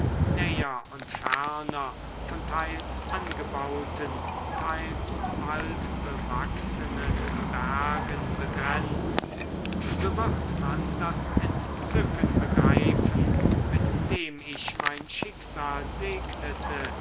näher und ferner von teils angebauten teils waldbewachsenen bergen begrenzt so wird man das entzücken begreifen mit dem ich mein schicksal segnete